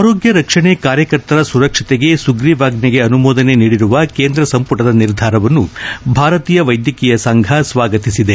ಆರೋಗ್ಲ ರಕ್ಷಣೆ ಕಾರ್ಯಕರ್ತರ ಸುರಕ್ಷತೆಗೆ ಸುಗ್ರೀವಾಜ್ಞೆಗೆ ಅನುಮೋದನೆ ನೀಡಿರುವ ಕೇಂದ್ರ ಸಂಪುಟದ ನಿರ್ಧಾರವನ್ನು ಭಾರತೀಯ ವೈದ್ಯಕೀಯ ಸಂಘ ಸ್ವಾಗತಿಸಿದೆ